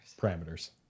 Parameters